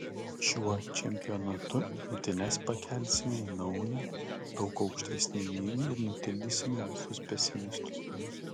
šiuo čempionatu imtynes pakelsime į naują daug aukštesnį lygį ir nutildysime visus pesimistus